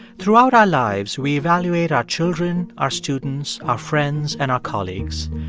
throughout our lives, we evaluate our children, our students, our friends and our colleagues.